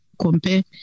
compare